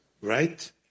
right